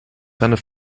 seiner